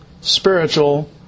Spiritual